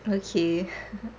okay